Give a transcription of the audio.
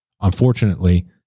unfortunately